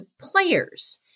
players